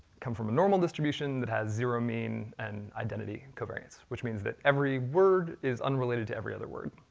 come from a normal distribution, that has zero mean and identity covariance, which means that every word is unrelated to every other word.